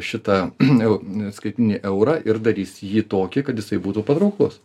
šitą skaitmeninį eurą ir darys jį tokį kad jisai būtų patrauklus